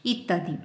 ইত্যাদি